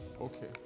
okay